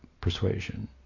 persuasion